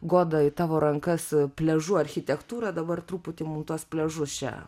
goda į tavo rankas pliažų architektūrą dabar truputį mum tuos pliažus čia